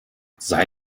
sei